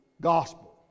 gospel